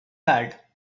had